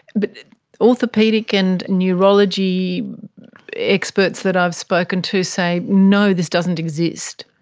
but orthopaedic and neurology experts that i've spoken to say, no, this doesn't exist.